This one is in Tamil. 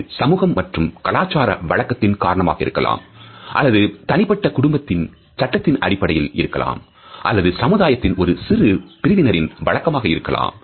அது சமூக மற்றும் கலாச்சார வழக்கத்தின் காரணமாக இருக்கலாம் அல்லது தனிப்பட்ட குடும்பத்தின் சட்டத்தின் அடிப்படையில் இருக்கலாம் அல்லது சமுதாயத்தின் ஒரு சிறு பிரிவினரின் வழக்கமாக இருக்கலாம்